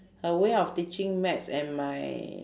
her way of teaching maths and my